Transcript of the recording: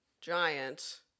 giant